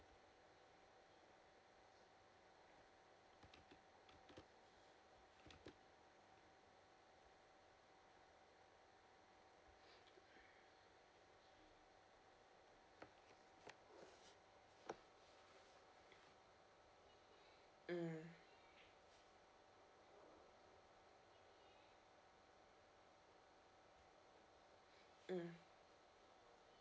mm mm